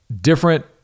different